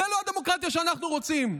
זו לא הדמוקרטיה שאנחנו רוצים.